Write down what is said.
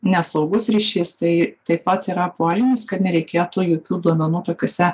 nesaugus ryšys tai taip pat yra požymis kad nereikėtų jokių duomenų tokiose